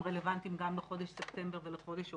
רלוונטיים גם לחודש ספטמבר ולחודש אוקטובר.